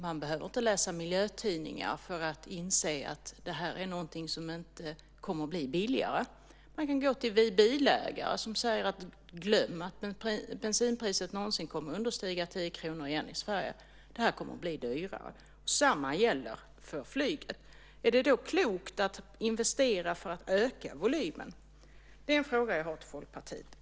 Man behöver inte läsa miljötidningar för att inse att detta är någonting som inte kommer att bli billigare. Man kan gå till Vi Bilägare, som säger: Glöm att bensinpriset någonsin kommer att understiga 10 kr igen i Sverige! Detta kommer att bli dyrare. Detsamma gäller för flyget. Är det då klokt att investera för att öka volymen? Det är en fråga jag har till Folkpartiet.